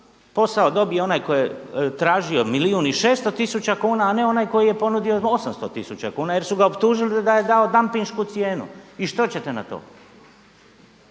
Posao dobije onaj tko je tražio milijun i 600 tisuća kuna, a ne onaj koji je ponudio 800 tisuća kuna, jer su ga optužili da je dao dampinšku cijenu. I što ćete na to?